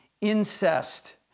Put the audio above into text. incest